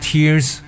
Tears